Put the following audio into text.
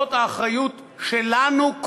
זאת האחריות שלנו,